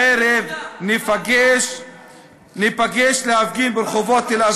בשבת בערב ניפגש להפגין ברחובות תל-אביב,